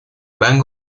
van